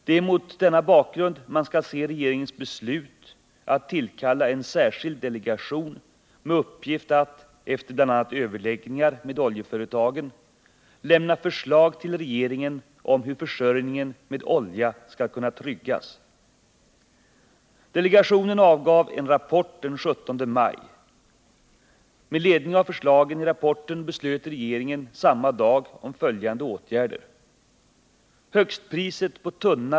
Det är mot denna bakgrund man skall se regeringens beslut att tillkalla en särskild delegation med uppgift att efter bl.a. överläggningar med oljeföretagen lämna förslag till regeringen om hur försörjningen med olja skall kunna tryggas. Delegationen avgav en rapport den 17 maj. Med ledning av förslagen i rapporten beslöt regeringen samma dag om följande åtgärder.